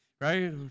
right